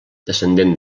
descendent